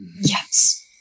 Yes